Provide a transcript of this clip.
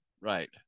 Right